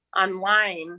online